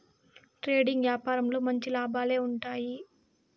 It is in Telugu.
ట్రేడింగ్ యాపారంలో మంచి లాభాలే ఉంటాయి